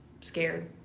scared